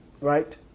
right